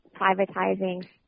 privatizing